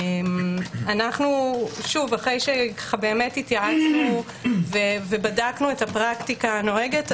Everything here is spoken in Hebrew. אחרי שהתייעצנו ובדקנו את הפרקטיקה הנוהגת,